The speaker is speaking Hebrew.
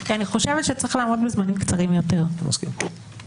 אני חושבת שצריך לעמוד בזמנים קצרים יותר, בסדר?